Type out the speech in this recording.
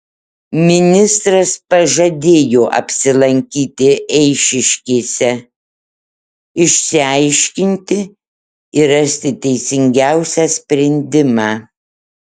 ministras pažadėjo apsilankyti eišiškėse išsiaiškinti ir rasti teisingiausią sprendimą